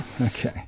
Okay